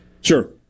Sure